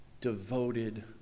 devoted